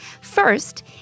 First